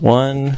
one